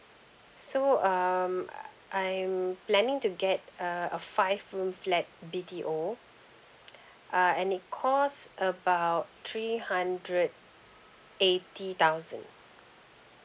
so um err I'm planning to get uh a five room flat B_T_O uh and it cost about three hundred eighty thousand